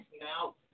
now